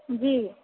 جی